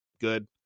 good